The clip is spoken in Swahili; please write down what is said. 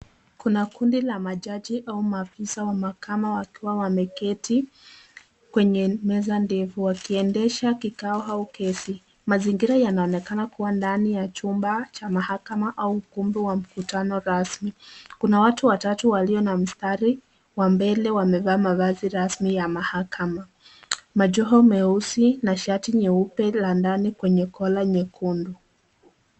Kuna kundi la majaji au maafisa wa mahakama wakiwa wameketi kwenye meza ndefu wakiendesha kikao au kesi. Mazingira yanaonekana kuwa ndani ya chumba cha mahakama au ukumbi wa mkutano rasmi. Kuna watu watatu walio na mstari wa mbele wamevaa mavazi rasmi ya mahakama. Majoho meusi na shati nyeupe la ndani kwenye collar nyekundu.